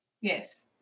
yes